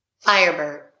Firebird